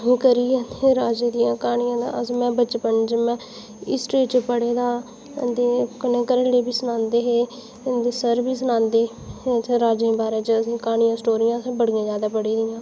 फिर राजे दियें क्हानियें दा अस में बचपन च में हिस्ट्री च पढ़े दा कन्नै घरै आह्ले बी सनांदे हे सर बी सनांदे राजे बारे च असें क्हानियां स्टोरियां असें बड़ियां जादा पढ़ी दियां